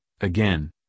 again